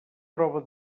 prova